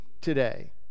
today